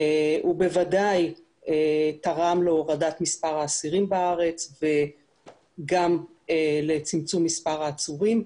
ובוודאי זה תרם להורדת מספר האסירים בארץ וגם לצמצום מספר העצורים.